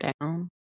down